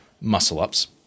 muscle-ups